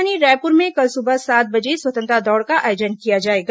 राजधानी रायपुर में कल सुबह सात बजे स्वतंत्रता दौड़ का आयोजन किया जाएगा